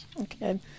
Okay